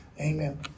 Amen